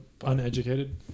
Uneducated